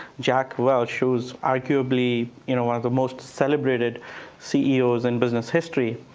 jack welch, who's arguably you know one of the most celebrated ceos in business history.